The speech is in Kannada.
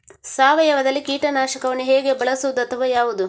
ಸಾವಯವದಲ್ಲಿ ಕೀಟನಾಶಕವನ್ನು ಹೇಗೆ ಬಳಸುವುದು ಅಥವಾ ಯಾವುದು?